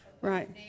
right